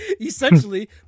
essentially